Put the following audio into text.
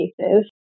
cases